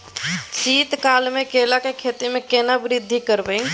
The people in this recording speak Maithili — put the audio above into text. शीत काल मे केला के खेती में केना वृद्धि करबै?